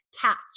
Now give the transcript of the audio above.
cats